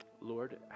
Lord